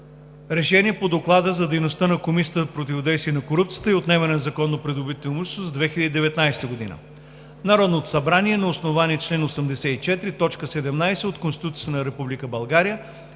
РЕШЕНИЕ по Доклад за дейността на Комисията за противодействие на корупцията и отнемане на незаконно придобитото имущество за 2019 г. Народното събрание на основание чл. 84, т. 17 от Конституцията на